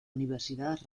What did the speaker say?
universidad